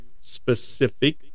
specific